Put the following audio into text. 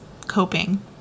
coping